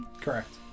Correct